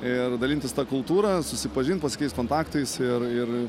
ir dalintis ta kultūra susipažint pasikeist kontaktais ir ir